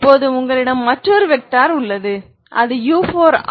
இப்போது உங்களிடம் மற்றொரு வெக்டார் உள்ளது அது u4